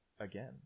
Again